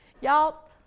Y'all